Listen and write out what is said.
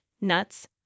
nuts